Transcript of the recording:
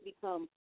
become